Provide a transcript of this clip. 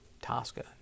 Tosca